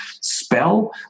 spell